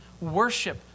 Worship